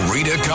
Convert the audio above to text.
Rita